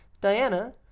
diana